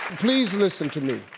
please listen to me.